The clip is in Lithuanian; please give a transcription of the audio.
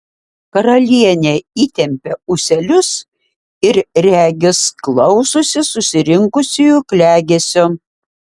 karalienė įtempia ūselius ir regis klausosi susirinkusiųjų klegesio